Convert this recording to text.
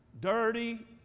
dirty